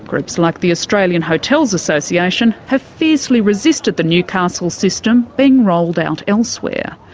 groups like the australian hotels association have fiercely resisted the newcastle system being rolled out elsewhere,